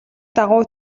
дагуу